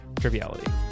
Triviality